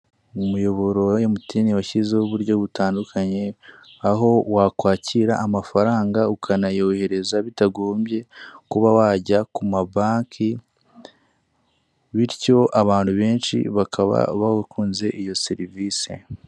Umuyoboro wa Mtn washyizeho uburyo butandukanye aho wakwakira amafaranga ukanayohereza bitagombye kuba wajya ku mabanke bityo abantu benshi bakaba barakunze iyo serivise.